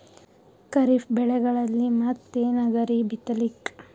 ಖರೀಫ್ ಬೆಳೆಗಳಲ್ಲಿ ಮತ್ ಏನ್ ಅದರೀ ಬಿತ್ತಲಿಕ್?